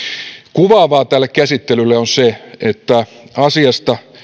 kuvaavaa tälle käsittelylle on se että asiasta